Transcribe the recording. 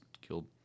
killed